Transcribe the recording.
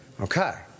Okay